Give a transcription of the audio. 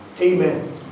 Amen